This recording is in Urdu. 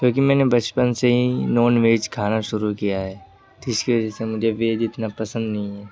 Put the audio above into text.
کیونکہ میں نے بچپن سے ہی نان ویج کھانا شروع کیا ہے تو اس کی وجہ سے مجھے ویج اتنا پسند نہیں ہے